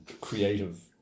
creative